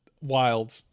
wild